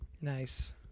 nice